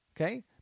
okay